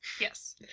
Yes